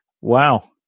Wow